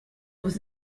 with